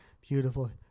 beautiful